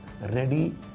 ready